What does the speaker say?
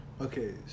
Okay